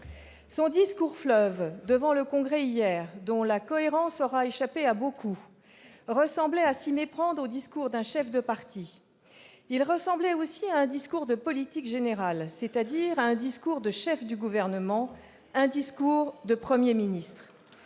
Son discours-fleuve devant le Congrès hier, dont la cohérence aura échappé à beaucoup, ressemblait à s'y méprendre au discours d'un chef de parti. Il ressemblait aussi à un discours de politique générale, c'est-à-dire à un discours de chef de Gouvernement, ... Eh oui !... un discours de Premier ministre.